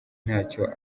ntacyo